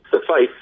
suffice